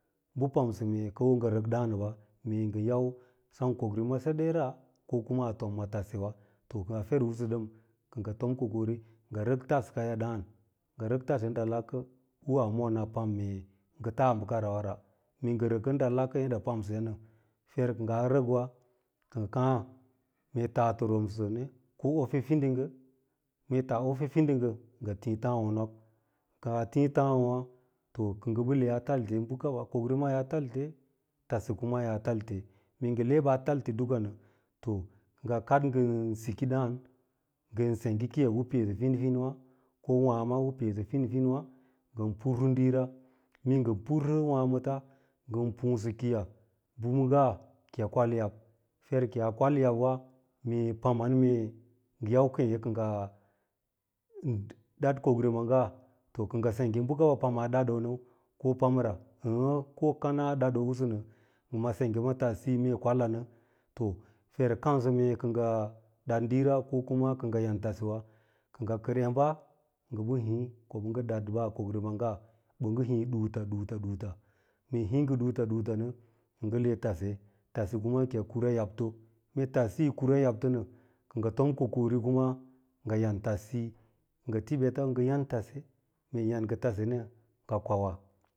Bɚ pamsɚ me ko rɚk ɗààn ɓa mee ngɚ yau sem kokrima seɗera ko kuma a tom ma tase wa to ka fer’usu ɗɚm kɚ ngɚ fom kokari ngɚ rɚk taskaya ɗààn ngɚ rɚk tabe dalakkɚ lla mona pam mee ngɚ tas bɚkarawara, mue ngɚ rɚkɚn ɗalakkɚ yadda pamsɚya nɚ fer kɚ ngaa rɚkwa kɚ ngɚ kàà mee taa tɚroomse nɚ ko ofe fidinggɚ, mee tas ofe fidinggɚ ngɚ tii tààwǒ nok, kaa tii tààwǒ wà to kɚ ɓɚ le a talte bɚ kawà kokrima yaa talte, tase kuma yaa tatte to mee ngɚ baa talten daka nɚ to kɚ ngɚ kaɗ ngɚn siki ɗààn ngɚn sengge kiiya u peesɚ fin finwa ko wààma u peesɚ finfinwa ngɚn pursɚ diira mee ngɚ parsɚ wààmɚta ngɚn pààsɚ kiiya, bɚɓɚngga ki yi kwa yab, fer kiyaa kwal yab wa mee paman mee ngɚn yau kêêya kɚ ngaa kɚ ngɚ ɗad kokrima ngaa to kɚ ngɚ sengge ko bɚkaba kana ɗaɗonɚu ko pam ra ee ko kana ɗado’ usu nɚ ngɚ sengge ma tassiyi mee kwalanɚ to fer kansɚ mee kɚ ngɚ ɗaɗ diirawa ko kuma kɚ ngɚ yan tasewa kɚ ngɚ kɚr emba ngɚ ɓɚ hii ko ɓɚ ɗnɗa kokrima’nga ɓɚ ngɚ hii ɗuuta-ɗuuta ɗuuta nɚ, kɚ ngɚ le tase, tase kumaa ki yi kura nebto, mee tassiyi kuua yabto nɚ kɚ ngɚ tom kokar kuma ngɚ yan tassiyi, ngɚ ti ɓeta bɚ ngɚ yan tassiyi, mee yan ngɚ tassiyi nɚ ngɚ kwauwa.